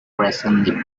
presently